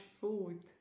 food